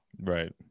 right